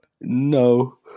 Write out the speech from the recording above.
no